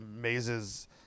mazes